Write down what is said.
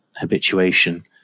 habituation